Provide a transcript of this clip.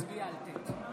להצביע על ט'.